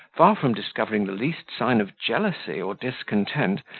far from discovering the least sign of jealousy or discontent,